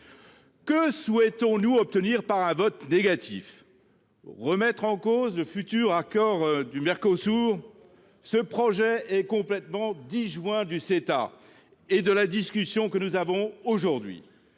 Que souhaitons nous obtenir par un vote négatif ? Remettre en cause le futur accord du Mercosur ? Ce projet est totalement disjoint du Ceta et de la discussion que nous avons aujourd’hui.